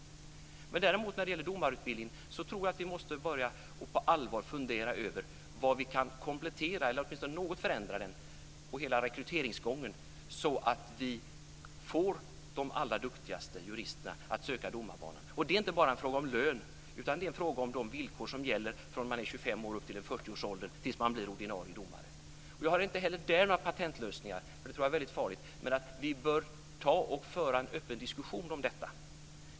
När det däremot gäller domarutbildningen måste vi börja att på allvar fundera vad vi kan förändra i den, också när det gäller hela rekryteringsgången, så att vi får de allra duktigaste juristerna att söka domarbanan. Det är inte bara en fråga om lön utan också en fråga om de villkor som gäller från det att man är 25 år och kommer upp i 40-årsåldern tills man blir ordinarie domare. Jag har inte heller där några patentlösningar - det vore farligt. Vi bör föra en öppen diskussion om detta.